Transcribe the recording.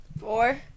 Four